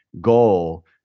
goal